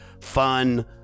Fun